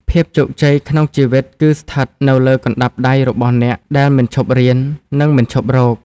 ភាពជោគជ័យក្នុងជីវិតគឺស្ថិតនៅលើកណ្តាប់ដៃរបស់អ្នកដែលមិនឈប់រៀន និងមិនឈប់រក។